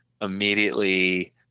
immediately